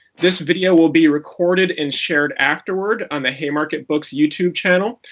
this video will be recorded and shared afterward on the haymarket books youtube channel.